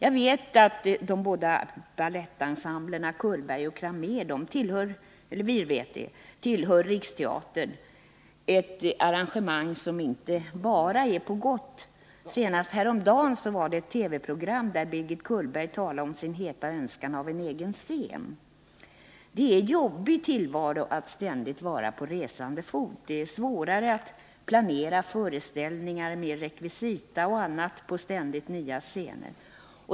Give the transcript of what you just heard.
Vi vet att de båda balettensemblerna Cullberg och Cramér tillhör Riksteatern — ett arrangemang som inte bara är på gott. Senast häromdagen var det ett TV-program där Birgit Cullberg talade om sin heta önskan om en egen scen. Det är en jobbig tillvaro att ständigt vara på resande fot — det är svårare att planera föreställningar med rekvisita och annat på ständigt nya scener.